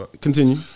continue